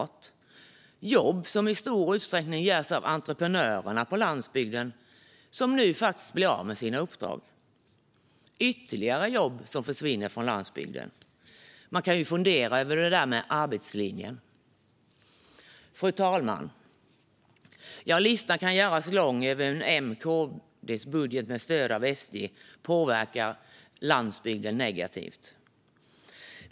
Det är jobb som i stor utsträckning görs av entreprenörerna på landsbygden och som nu blir av med sina uppdrag. Det är ytterligare jobb som försvinner från landsbygden. Man kan fundera över det där med arbetslinjen. Fru talman! Listan kan göras lång över hur M-KD-budgeten med stöd av SD påverkar landsbygden negativt.